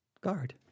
guard